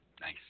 Nice